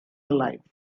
life